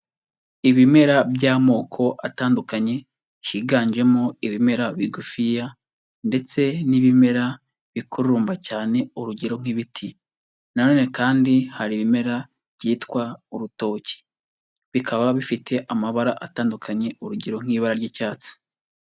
Ibimera by'amoko atandukanye higanjemo ibimera bigufiya ndetse n'ibimera bikururumba cyane urugero nk'ibiti na none kandi hari ibimera byitwa urutoki, bikaba bifite amabara atandukanye urugero nk'ibara ry'icyatsi.